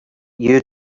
you